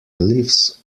glyphs